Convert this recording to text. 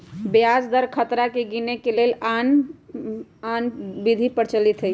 ब्याज दर खतरा के गिनेए के लेल आन आन विधि प्रचलित हइ